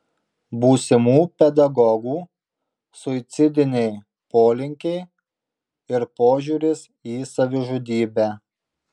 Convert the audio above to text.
būsimų pedagogų suicidiniai polinkiai ir požiūris į savižudybę